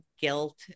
guilt